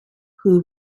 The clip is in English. who